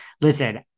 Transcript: Listen